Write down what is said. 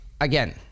again